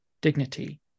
dignity